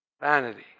Vanity